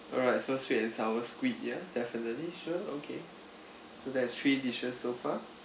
alright so sweet and sour squid ya definitely sure okay so that is three dishes so far